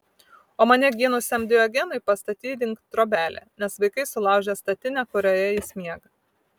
o mane gynusiam diogenui pastatydink trobelę nes vaikai sulaužė statinę kurioje jis miega